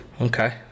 okay